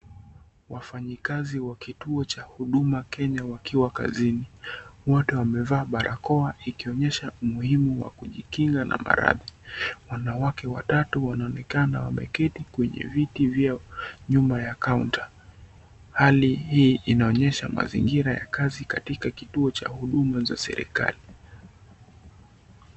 Wafanyikazi wa kituo cha Huduma Kenya wakiwa kazini, wote wamevaa barakoa ikionyesha umuhimu wa kujikinga na maradhi, wanawake watatu wanaonekana wameketi kwenye viti vyao nyuma ya kaunta hali hii inaonyesha mazingira ya kazi katika kituo cha huduma za serikali.